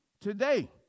today